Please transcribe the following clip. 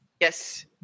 Yes